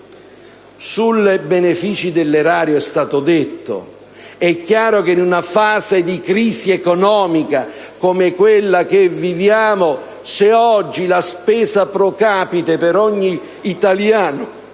Sui benefici dell'erario è già stato detto. È chiaro che in una fase di crisi economica come quella che viviamo, se oggi la spesa *pro capite* per ogni italiano